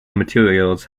materials